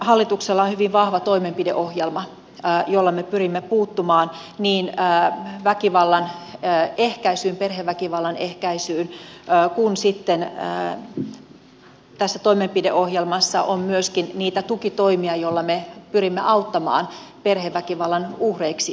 hallituksella on hyvin vahva toimenpideohjelma jolla me pyrimme puuttumaan niin väkivallan ehkäisyyn perheväkivallan ehkäisyyn kuin sitten tässä toimenpideohjelmassa on myöskin niitä tukitoimia joilla me pyrimme auttamaan perheväkivallan uhreiksi joutuneita